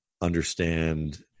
understand